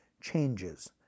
changes